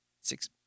Six